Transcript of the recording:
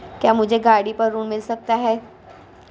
क्या मुझे गाड़ी पर ऋण मिल सकता है?